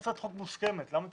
למה לא להביא הצעת חוק מוסכמת?